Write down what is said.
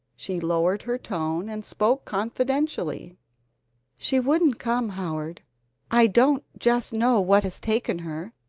she lowered her tone and spoke confidentially she wouldn't come, howard i don't just know what has taken her.